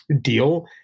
deal